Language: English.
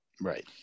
Right